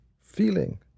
feeling